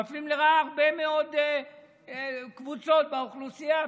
מפלים לרעה הרבה מאוד קבוצות באוכלוסייה,